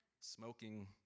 Smoking